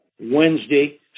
Wednesday